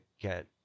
get